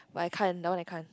but I can't you know like can't